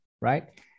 right